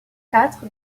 quatre